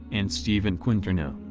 and steven quinterno,